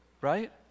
right